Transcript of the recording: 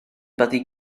byddi